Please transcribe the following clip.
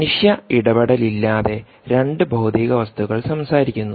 മനുഷ്യ ഇടപെടലില്ലാതെ 2 ഭൌതിക വസ്തുക്കൾ സംസാരിക്കുന്നു